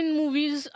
movies